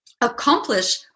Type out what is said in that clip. accomplish